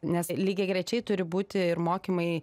nes lygiagrečiai turi būti ir mokymai